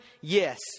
Yes